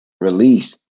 release